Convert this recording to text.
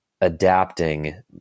adapting